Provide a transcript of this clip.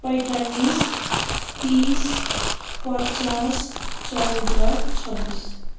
पैँतालिस तिस पचास चौध छब्बिस